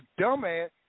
dumbass